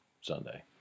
Sunday